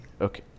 Okay